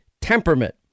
temperament